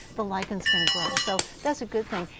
the liken is going to grow. so that's a good thing,